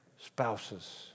spouses